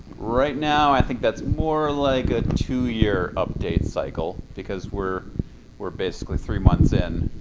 right now, i think that's more like a two-year update cycle. because we're we're basically three months in.